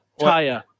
Taya